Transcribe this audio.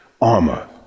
armor